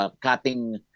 cutting